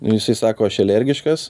nu jisai sako aš alergiškas